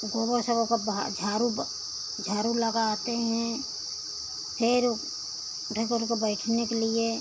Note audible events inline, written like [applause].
गोबर सब ओका झाड़ू झाड़ू लगाते हैं फिर [unintelligible] लोग का बैठने के लिए